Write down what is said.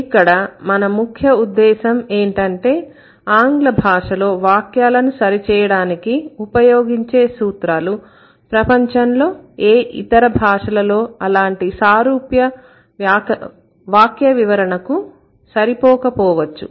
ఇక్కడ మన ముఖ్య ఉద్దేశ్యం ఏంటంటే ఆంగ్ల భాషలో వాక్యాలను సరిచేయడానికి ఉపయోగించే సూత్రాలు ప్రపంచంలో ఇతర భాషలలో అలాంటి సారూప్య వాక్య వివరణకు సరిపోకపోవచ్చు